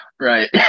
right